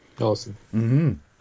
awesome